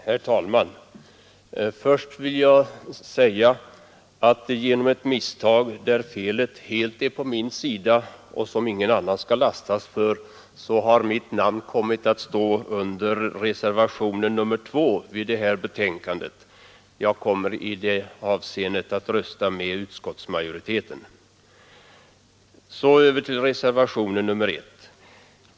Herr talman! Först vill jag säga att genom ett misstag, som helt beror på ett fel från min sida och som ingen annan skall lastas för, har mitt namn kommit att stå under reservationen 2 vid detta betänkande. Jag kommer i det avseendet att rösta med utskottsmajoriteten. Så över till reservationen 1.